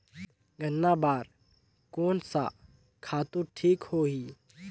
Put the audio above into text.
गन्ना बार कोन सा खातु ठीक होही?